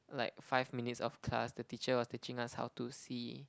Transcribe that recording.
like five minutes of class the teacher was teaching us how to see